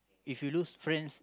if you lose friends